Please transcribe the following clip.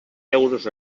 euros